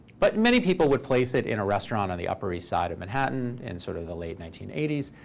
but many people would place it in a restaurant on the upper east side of manhattan in sort of the late nineteen eighty s.